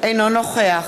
אינו נוכח